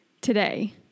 today